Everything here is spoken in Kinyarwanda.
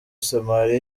somalia